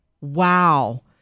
Wow